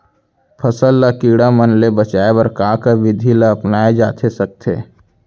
फसल ल कीड़ा मन ले बचाये बर का का विधि ल अपनाये जाथे सकथे?